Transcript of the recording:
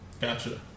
Gotcha